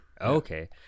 Okay